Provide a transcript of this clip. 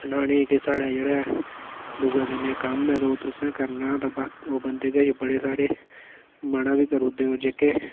सनाने कि साढ़े जेह्ड़ा ऐ दूऐ दिन एह् कम्म ऐ ते ओह् तुसें करना ते ओह् बंदे किश बड़े सारे मना बी करी ओड़ दे ओह् जेह्के